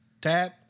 Tab